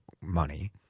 money